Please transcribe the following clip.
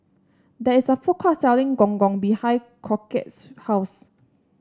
there is a food court selling Gong Gong behind Crockett's house